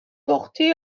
porter